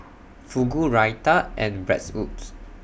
Fugu Raita and Bratwurst